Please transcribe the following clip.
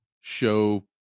show